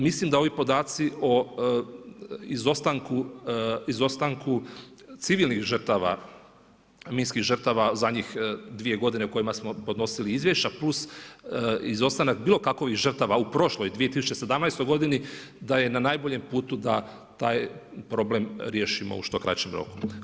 Mislim da ovi podaci o izostanku civilnih žrtava, minskih žrtava za njih dvije godina kojima smo podnosili izvješća plus izostanak bilo kakovih žrtava u prošloj 2017. godini da je na najboljem putu da taj problem riješimo u što kraćem roku.